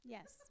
Yes